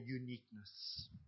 uniqueness